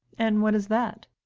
and what is that?